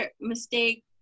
mistake